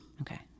Okay